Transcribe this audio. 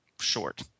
short